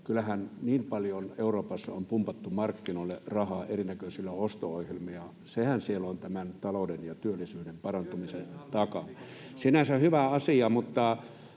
Kyllähän niin paljon Euroopassa on pumpattu markkinoille rahaa erinäköisillä osto-ohjelmilla, ja sehän siellä on tämän talouden ja työllisyyden parantumisen takana. Sinänsä hyvä asia.